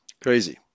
Crazy